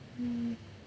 hmm